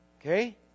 Okay